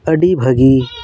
ᱟᱹᱰᱤ ᱵᱷᱟᱹᱜᱤ